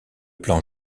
plan